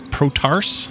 Protars